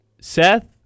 Seth